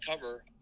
cover